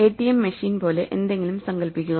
ATM machine പോലെ എന്തെങ്കിലും സങ്കൽപ്പിക്കുക